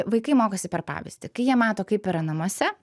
vaikai mokosi per pavyzdį kai jie mato kaip yra namuose